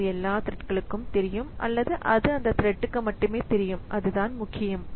இது எல்லா த்ரெட்களுக்கும் தெரியும் அல்லது அது அந்த த்ரெட் க்கு மட்டுமே தெரியும் அதுதான் முக்கியம்